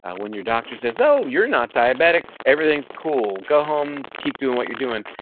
ah when your doctor says oh, you're not diabetic, everything's cool. go home keep doing what you're doing.